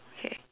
okay